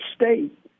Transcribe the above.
state